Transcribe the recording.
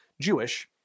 Jewish